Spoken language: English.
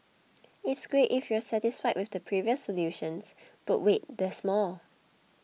it's great if you're satisfied with the previous solutions but wait there's more